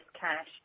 cash